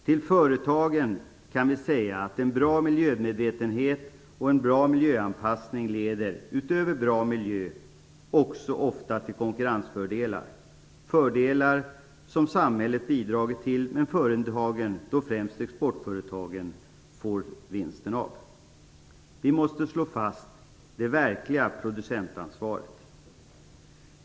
Till företagen kan vi säga att en bra miljömedvetenhet och en bra miljöanpassning utöver bra miljö ofta leder till konkurrensfördelar. Det är fördelar som samhället bidragit till, men som företagen, och då främst exportföretagen, får vinsten av. Vi måste slå fast det verkliga producentansvaret.